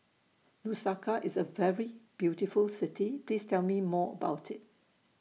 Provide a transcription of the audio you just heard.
Lusaka IS A very beautiful City Please Tell Me More about IT